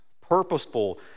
purposeful